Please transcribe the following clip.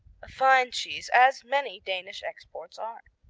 a fine cheese, as many danish exports are.